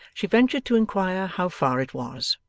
she ventured to inquire how far it was.